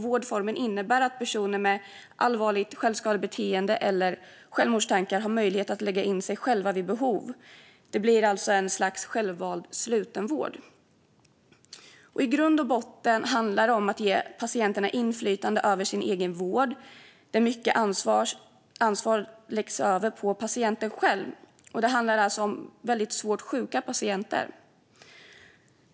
Vårdformen innebär att personer med allvarligt självskadebeteende eller självmordstankar har möjlighet att lägga in sig själva vid behov. Det blir alltså ett slags självvald slutenvård. I grund och botten handlar det om att ge patienterna inflytande över sin egen vård. Mycket ansvar läggs över på patienterna själva. Det handlar alltså om väldigt svårt sjuka patienter.